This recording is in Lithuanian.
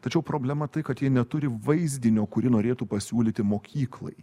tačiau problema tai kad jie neturi vaizdinio kurį norėtų pasiūlyti mokyklai